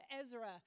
Ezra